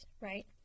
right